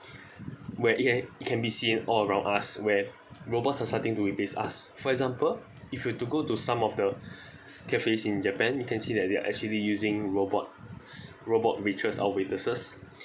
where it have it can be seen all around us where robots are starting to replace us for example if you're to go to some of the cafes in japan you can see that they are actually using robots robot waiters or waitresses